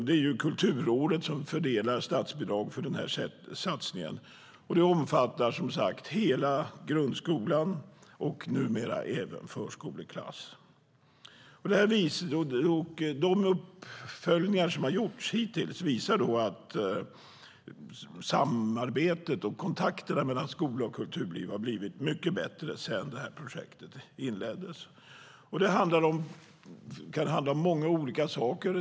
Det är Kulturrådet som fördelar statsbidrag för den här satsningen, och det omfattar som sagt hela grundskolan och numera även förskoleklass. De uppföljningar som har gjorts hittills visar att samarbetet och kontakterna mellan skola och kulturliv har blivit mycket bättre sedan det här projektet inleddes. Det kan handla om många olika saker.